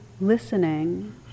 listening